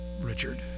Richard